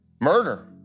murder